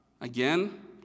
Again